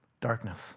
darkness